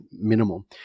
minimal